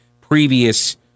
previous